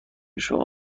شما